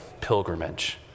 pilgrimage